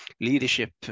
leadership